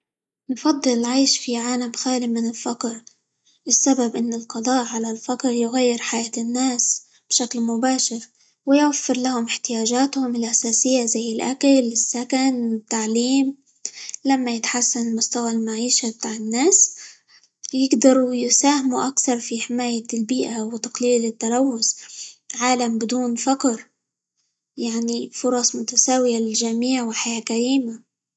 نفضل العيش في عالم خالي من الفقر؛ السبب إن القضاء على الفقر يغير حياة الناس بشكل مباشر، ويوفر لهم احتياجاتهم الأساسية زي الأكل، السكن، التعليم، لما يتحسن مستوى المعيشة بتاع الناس، يقدروا يساهموا أكثر في حماية البيئة، وتقليل التلوث، عالم بدون فقر يعني فرص متساوية للجميع، وحياة كريمة.